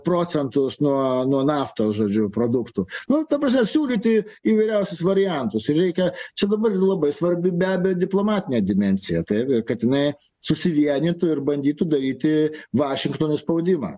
procentus nuo nuo naftos žodžiu produktų nu ta prasme siūlyti įvairiausius variantus ir reikia čia dabar ir labai svarbi be abejo diplomatinė dimensija taip ir kad jinai susivienytų ir bandytų daryti vašingtone spaudimą